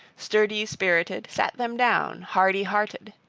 sturdy-spirited, sat them down, hardy-hearted.